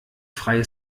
freie